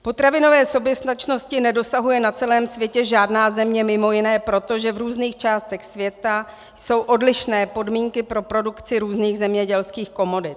Potravinové soběstačnosti nedosahuje na celém světě žádná země mimo jiné proto, že v různých částech světa jsou odlišné podmínky pro produkci různých zemědělských komodit.